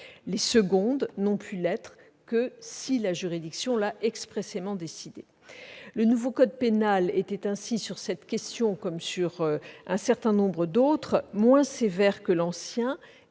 les secondes n'ont pu l'être que si la juridiction l'a expressément décidé. Le nouveau code pénal était, sur cette question comme sur un certain nombre d'autres, moins sévère que l'ancien